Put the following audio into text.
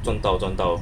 赚到赚到